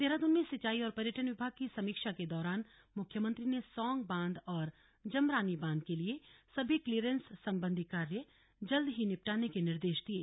देहरादून में सिंचाई और पर्यटन विभाग की समीक्षा के दौरान मुख्यमंत्री ने सौंग बांध और जमरानी बांध के लिए सभी क्लीयरेंस सम्बन्धी कार्य जल्द निपटाने के निर्देश दिये